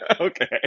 Okay